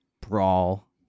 Brawl